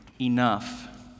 enough